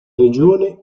regione